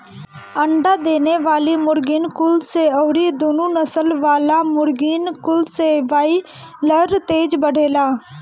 अंडा देवे वाली मुर्गीन कुल से अउरी दुनु नसल वाला मुर्गिन कुल से बायलर तेज बढ़ेला